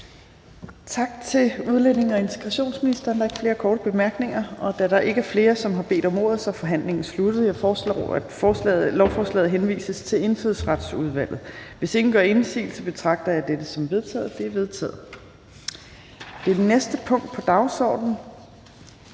Tak til udlændinge- og integrationsministeren. Der er ikke flere korte bemærkninger. Da der ikke er flere, som har bedt om ordet, er forhandlingen sluttet. Jeg foreslår, at lovforslaget henvises til Indfødsretsudvalget. Hvis ingen gør indsigelse, betragter jeg dette som vedtaget. Det er vedtaget. --- Det næste punkt på dagsordenen